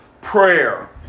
prayer